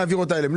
נעביר אותם אליהם.